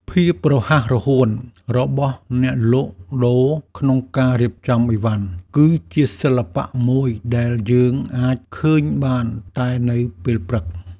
ភាពរហ័សរហួនរបស់អ្នកលក់ដូរក្នុងការរៀបចំឥវ៉ាន់ គឺជាសិល្បៈមួយដែលយើងអាចឃើញបានតែនៅពេលព្រឹក។